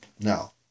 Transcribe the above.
Now